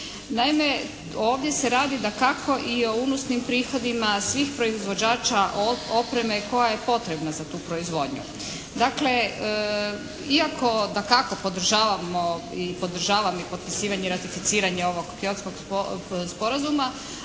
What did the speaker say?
Naime, ovdje se radi dakako i o unosnim prihodima svih proizvođača od opreme koja je potrebna za tu proizvodnju. Dakle, iako dakako podržavamo i podržavam potpisivanje i ratificiranje ovog Kyotskog sporazuma